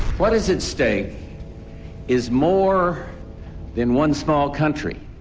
what is at stake is more than one small country.